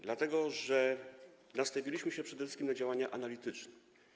Dlatego że nastawiliśmy się przede wszystkim na działania analityczne.